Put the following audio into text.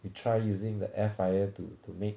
we try using the air fryer to to make